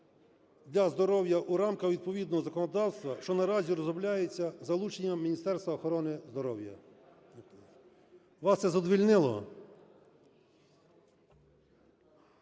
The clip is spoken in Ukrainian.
для здоров'я в рамках відповідного законодавства, що наразі розробляється з залученням Міністерства охорони здоров'я. Вас це задовольнило?